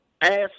ass